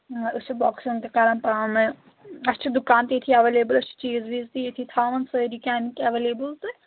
آ أسۍ چھِ بۄکسِنٛگ تہِ کَران پانہٕ اَسہِ چھِ دُکان تہِ ییٚتھی ایویلیبٕل أسۍ چھِ چیٖز ویٖز تہِ ییٚتھی تھاوَان سٲری کیٚنٛہہ اَمِکۍ ایویلیبٕل تہٕ